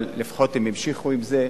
אבל לפחות הם המשיכו עם זה,